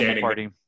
party